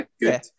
good